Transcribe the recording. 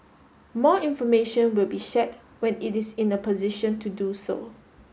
more information will be shared when it is in a position to do so